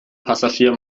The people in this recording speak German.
passagier